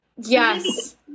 Yes